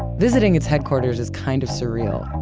visiting its headquarters is kind of surreal.